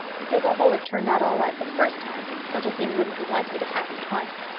because, although it turned out all right the first time, such a thing wouldn't be likely to happen twice.